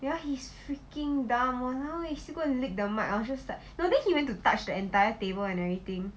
ya he's freaking dumb !walao! eh still go lick the mic I was just like no then he still go and touch the entire table and everything